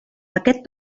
aquest